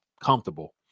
comfortable